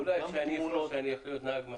אולי כשאני אפרוש אני אלך להיות נהג משאית.